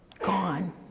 gone